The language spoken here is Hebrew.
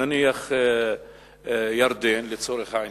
נניח ירדן לצורך העניין,